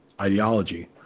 ideology